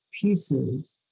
pieces